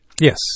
Yes